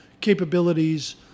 capabilities